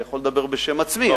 אני יכול לדבר בשם עצמי,